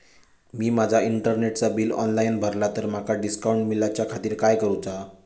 मी माजा इंटरनेटचा bill online भरला तर माका डिस्काउंट मिलाच्या खातीर काय करुचा?